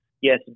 yes